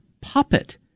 puppet